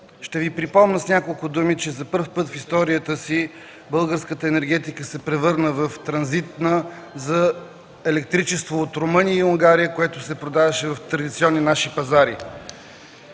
Ще Ви припомня с няколко думи, че за първи път в историята си българската енергетика се превърна в транзитна за електричество от Румъния и Унгария, което се продаваше в традиционни наши пазари.